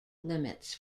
limits